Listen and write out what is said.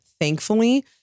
Thankfully